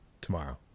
tomorrow